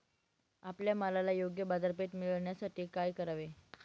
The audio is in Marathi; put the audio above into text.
आपल्या मालाला योग्य बाजारपेठ मिळण्यासाठी काय करावे?